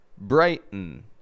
brighton